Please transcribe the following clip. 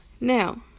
Now